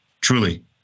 truly